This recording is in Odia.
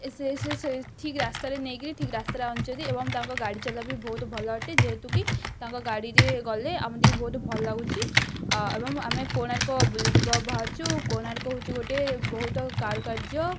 ସେ ସେ ସେ ଠିକ ରାସ୍ତାରେ ନେଇକିରି ଠିକ୍ ରାସ୍ତାରେ ଅଣିଛନ୍ତି ଏବଂ ତାଙ୍କ ଗାଡ଼ି ଚଲା ବି ବହୁତ ଭଲ ଅଟେ ଯେହେତୁକି ତାଙ୍କ ଗାଡ଼ିରେ ଗଲେ ଆମକୁ ବି ବହୁତ ଭଲ ଲାଗୁଛି ଏବଂ ଆମେ କୋଣାର୍କ ବୁଲିଯିବା ବାହାରୁଛୁ କୋଣାର୍କ ହେଉଛି ଗୋଟେ ବହୁତ କାରୁକାର୍ଯ୍ୟ